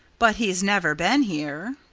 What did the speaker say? but he's never been here.